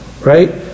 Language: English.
Right